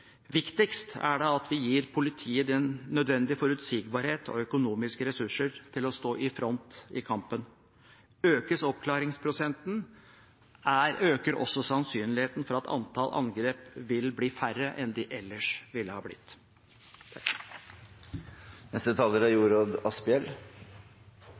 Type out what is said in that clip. Viktigst er det at vi gir politiet nødvendig forutsigbarhet og økonomiske ressurser til å stå i front i kampen. Økes oppklaringsprosenten, øker også sannsynligheten for at antall angrep vil bli færre enn de ellers ville ha blitt.